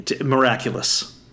Miraculous